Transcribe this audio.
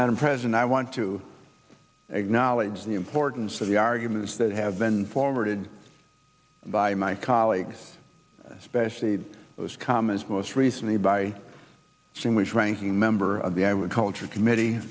madam president i want to acknowledge the importance of the arguments that have been forwarded by my colleagues especially those comments most recently by seeing which ranking member of the i would culture committee